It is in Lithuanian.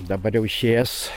dabar jau išėjęs